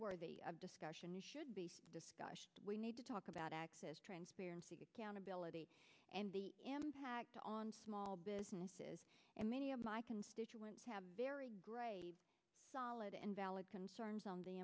worthy of discussion it should be discussed we need to talk about access transparency accountability and the impact on small businesses and many of my constituents have very grave solid and valid concerns on the